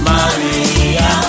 Maria